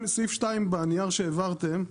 סעיף 2 בנייר שהעברתם הוא